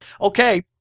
Okay